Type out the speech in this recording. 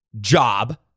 job